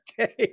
Okay